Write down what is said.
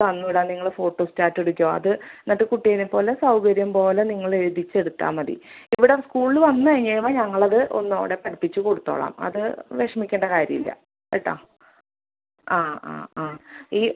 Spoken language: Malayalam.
തന്നു വിടാം നിങ്ങൾ ഫോട്ടോസ്റ്റാറ്റ് എടുക്കയോ അത് എന്നിട്ട് കുട്ടീനേപ്പോലെ സൗകര്യമ്പോലെ നിങ്ങളെഴുതിച്ചെടുത്താൽ മതി ഇവിടെ സ്കൂൾൽ വന്ന് കഴിഞ്ഞ് കഴിയുമ്പോൾ ഞങ്ങളത് ഒന്നോടെ പഠിപ്പിച്ച് കൊടുത്തോളം അത് വിഷമിക്കണ്ട കാര്യമില്ല കേട്ടോ ആ ആ ആ ഈ